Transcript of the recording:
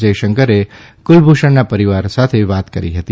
જયશંકરે કુલભૂષણના પરિવારો સાથે વાતયીત કરી હતી